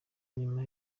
nyuma